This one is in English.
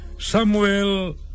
Samuel